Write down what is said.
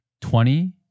Twenty